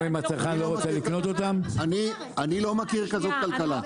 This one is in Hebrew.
אני לא מכיר כזאת כלכלה.